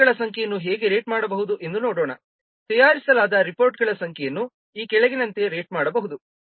ರಿಪೋರ್ಟ್ಗಳ ಸಂಖ್ಯೆಯನ್ನು ಹೇಗೆ ರೇಟ್ ಮಾಡಬಹುದು ಎಂದು ನೋಡೋಣ ತಯಾರಿಸಲಾದ ರಿಪೋರ್ಟ್ಗಳ ಸಂಖ್ಯೆಯನ್ನು ಈ ಕೆಳಗಿನಂತೆ ರೇಟ್ ಮಾಡಬಹುದು